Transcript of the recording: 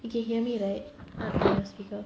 you can hear me right speaker